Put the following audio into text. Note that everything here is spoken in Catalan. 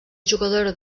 jugadora